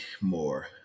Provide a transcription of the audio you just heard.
more